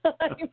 time